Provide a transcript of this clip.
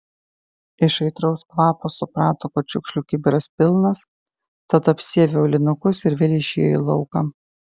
iš aitraus kvapo suprato kad šiukšlių kibiras pilnas tad apsiavė aulinukus ir vėl išėjo į lauką